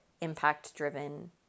impact-driven